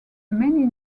many